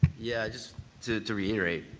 yeah. just to to reiterate,